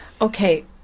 Okay